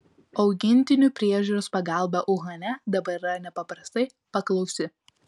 augintinių priežiūros pagalba uhane dabar yra nepaprastai paklausi